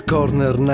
Corner